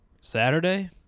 Saturday